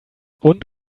und